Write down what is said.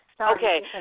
Okay